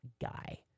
guy